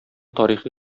тарихи